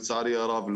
לצערי הרב,